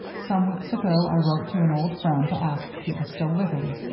some weeks ago i wrote to an old friend to ask if he were still living.